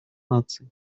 наций